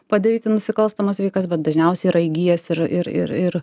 padaryti nusikalstamas veikas bet dažniausiai yra įgijęs ir ir ir